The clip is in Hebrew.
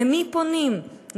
למי פונים,